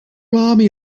army